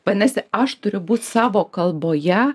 vadinasi aš turiu būt savo kalboje